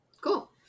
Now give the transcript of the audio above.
cool